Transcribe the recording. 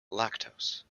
lactose